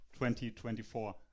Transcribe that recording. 2024